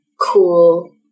cool